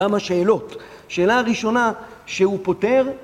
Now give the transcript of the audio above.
למה שאלות? שאלה הראשונה, שהוא פותר?